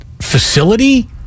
facility